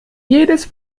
jedes